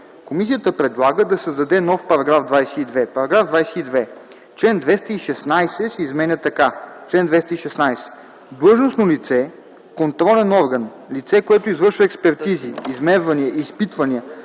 Комисията предлага да се създаде нов § 22: „§ 22. Член 216 се изменя така: „Чл. 216. Длъжностно лице, контролен орган, лице, което извършва експертизи, измервания и изпитвания